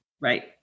Right